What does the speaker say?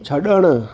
छॾण